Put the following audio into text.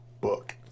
Book